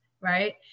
right